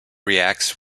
reacts